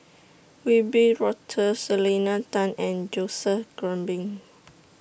Wiebe Wolters Selena Tan and Joseph Grimberg